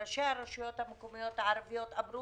ראשי הרשויות המקומיות הערביות אמרו